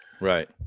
Right